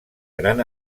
gran